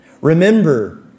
Remember